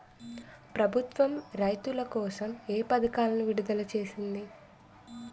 ప్రభుత్వం రైతుల కోసం ఏ పథకాలను విడుదల చేసింది?